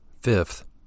Fifth